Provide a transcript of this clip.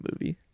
movie